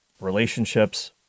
relationships